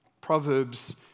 Proverbs